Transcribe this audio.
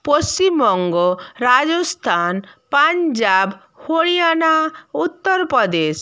Paschimbanga Rajasthan Punjab Haryana Uttar Pradesh